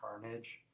Carnage